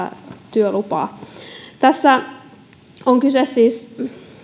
työlupaa tässä on kyse siis